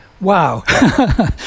wow